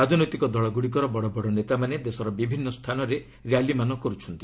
ରାଜନୈତିକ ଦଳଗ୍ରଡ଼ିକର ବଡ଼ ବଡ଼ ନେତାମାନେ ଦେଶର ବିଭିନ୍ନ ସ୍ଥାନରେ ର୍ୟାଲିମାନ କର୍ରଛନ୍ତି